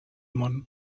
món